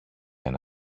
ένα